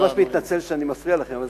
אני ממש מתנצל שאני מפריע לכם,